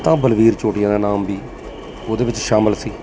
ਤਾਂ ਬਲਵੀਰ ਚੋਟੀਆਂ ਨਾਮ ਵੀ ਉਹਦੇ ਵਿੱਚ ਸ਼ਾਮਿਲ ਸੀ